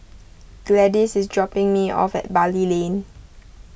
Gladis is dropping me off at Bali Lane